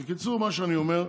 בקיצור, מה שאני אומר,